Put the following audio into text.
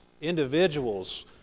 individuals